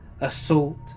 assault